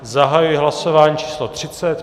Zahajuji hlasování číslo 30.